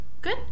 Good